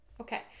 Okay